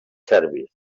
serbis